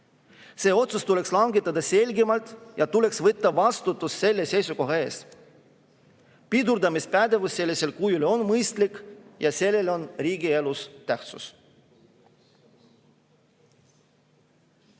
See otsus tuleks langetada selgemalt ja tuleks võtta vastutus selle seisukoha ees. Pidurdamispädevus sellisel kujul on mõistlik ja sellel on riigi elus tähtsus.